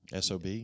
SOB